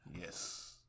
yes